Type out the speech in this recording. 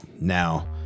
Now